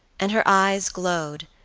and her eyes glowed,